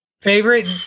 Favorite